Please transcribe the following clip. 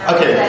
Okay